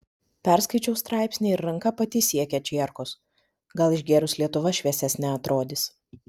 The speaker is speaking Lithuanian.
perskaičiau straipsnį ir ranka pati siekia čierkos gal išgėrus lietuva šviesesne atrodys